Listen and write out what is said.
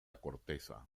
corteza